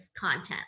content